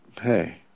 hey